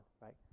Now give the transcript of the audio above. right